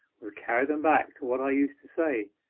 will carry them back to what i used to say,